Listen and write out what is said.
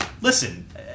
listen